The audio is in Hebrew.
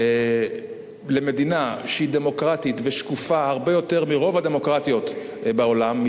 למדינה שהיא דמוקרטית ושקופה הרבה יותר מרוב הדמוקרטיות בעולם,